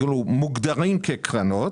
מוגדרים כקרנות